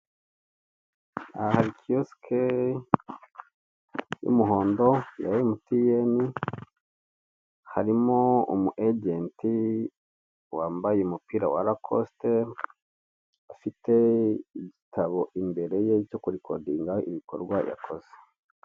Aha hari kiyosike y'umuhondo ya emutiyene, harimo umu ejenti wambaye umupira wa rakosite, afite igitabo imbere ye cyo kurikodinga ibikorwa yakoze.